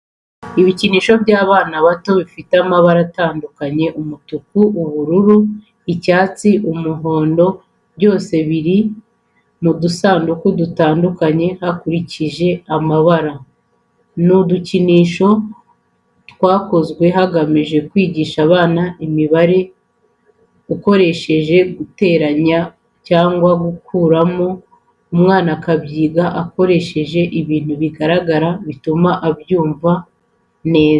Ibikinisho by'abana bato bifite amabara atandukanye umutuku, ubururu, icyatsi n'umuhondo byose biri mu dusanduku dutandukanye hakurikije amabara. Ni udukinisho twakozwe hagamijwe kwigisha imibare ukoresheje guteranya cyangwa se gukuramo umwana akabyiga akoresheje ibintu bigaragara bituma abyumva neza.